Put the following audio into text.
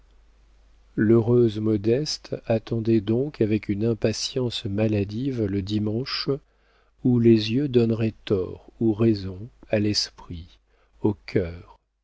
l'heureuse modeste attendait donc avec une impatience maladive le dimanche où les yeux donneraient tort ou raison à l'esprit au cœur